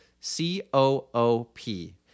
C-O-O-P